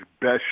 best